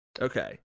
Okay